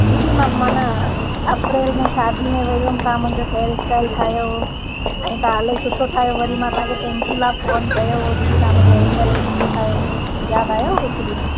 दीदी मां माना अप्रैल में शादी में वई हुयमि तव्हां मुंहिंजो हेयर स्टाइल ठाहियो हो ऐं तव्हां इलाही सुठो ठाहियो वरी मां तव्हांखे थैंक्यू लाइ फ़ोन कयो दीदी तव्हां मूंखे हेयर स्टाइल सुठो ठाहियो हो यादि आयो कुझु दीदी